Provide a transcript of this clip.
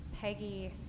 Peggy